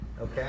Okay